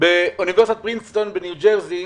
באוניברסיטת פרינסטון בניו-ג'רזי,